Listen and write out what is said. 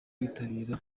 yitabira